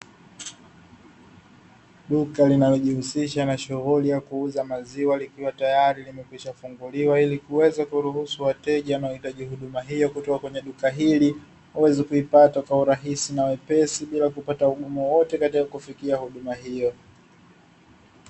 Duka linalojihusisha na shughuli ya kuuza maziwa kutoka kwenye duka hili